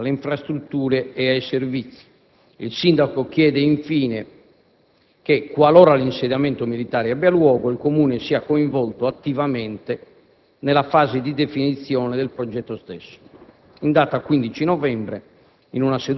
alla sicurezza e alla mobilità, alle infrastrutture e ai servizi. Il Sindaco chiede infine che, qualora l'insediamento militare abbia luogo, il Comune sia coinvolto attivamente nella fase di definizione del progetto stesso.